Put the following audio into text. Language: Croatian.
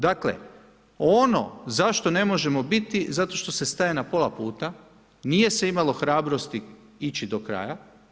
Dakle, ono zašto ne možemo biti zato što se staje na pola puta, nije se imalo hrabrosti ići do kraja.